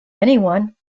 anyone